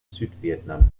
südvietnam